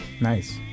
Nice